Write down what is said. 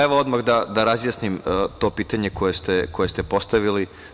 Evo odmah da razjasnim to pitanje koje ste postavili.